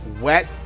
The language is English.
wet